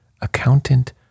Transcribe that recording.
accountant